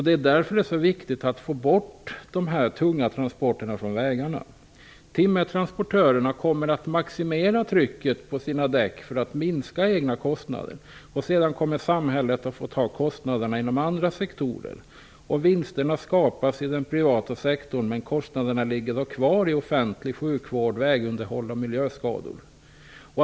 Det är därför viktigt att få bort de tunga transporterna från vägarna. Timmertransportörerna kommer att maximera däckstrycket på sina lastbilar, och sedan kommer samhället att få ta på sig kostnaderna för detta inom andra sektorer. Vinsterna skapas inom den privata sektorn, men kostnaderna för offentlig sjukvård, för vägunderhåll och för uppkomna miljöskador ligger kvar.